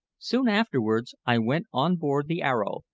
soon afterwards i went on board the arrow,